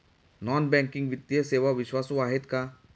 Non banking वित्तीय सेवा विश्वासू आहेत का?